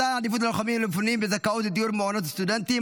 (מתן עדיפות ללוחמים ולמפונים בזכאות לדיור במעונות סטודנטים),